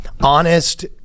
honest